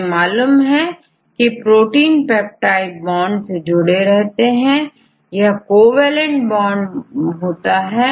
हमें मालूम है की प्रोटीन पेप्टाइड बॉन्ड से जुड़े रहते हैं यह कोवैलेंट बॉन्ड होता है